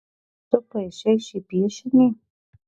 tu paišei šį piešinį